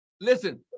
listen